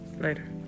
later